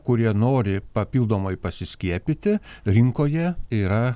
kurie nori papildomai pasiskiepyti rinkoje yra